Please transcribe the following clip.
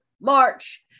march